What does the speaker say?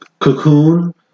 Cocoon